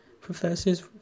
professors